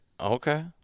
Okay